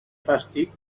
fàstic